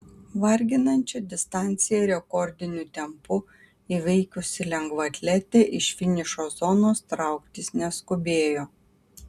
varginančią distanciją rekordiniu tempu įveikusi lengvaatletė iš finišo zonos trauktis neskubėjo